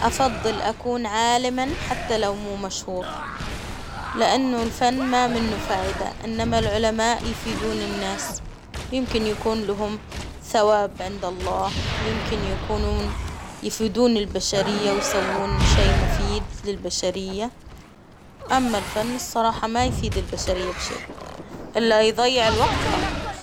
أفضل أكون عالما حتى لو مو مشهور، لإنه الفن ما منه فايدة، إنما العلماء يفيدون الناس، يمكن يكون لهم ثواب عند الله، ويمكن يكونون يفيدون البشرية، ويسوون شي مفيد للبشرية، أما الفن الصراحة ما يفيد البشرية بشيء، إلا يضيع الوقت فقط..